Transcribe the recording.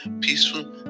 peaceful